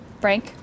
Frank